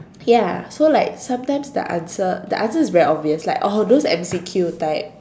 ya so like sometimes the answers the answers are very obvious like all those M_C_Q that type